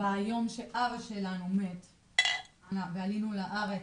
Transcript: אבל ביום שאבא שלנו מת ועלינו לארץ,